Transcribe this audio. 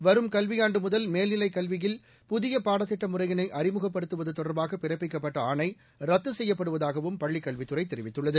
வரும் கல்வியாண்டு முதல் மேல்நிலை கல்வியில் புதிய பாடத்திட்ட முறையினை அறிமுகப்படுத்துவது தொடர்பாக பிறப்பிக்கப்பட்ட ஆணை ரத்து செய்யப்படுவதாகவும் பள்ளிக் கல்வித்துறை தெரிவித்துள்ளது